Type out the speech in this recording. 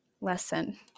lesson